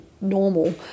normal